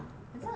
很像那种